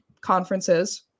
conferences